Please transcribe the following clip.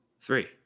Three